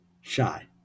shy